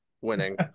Winning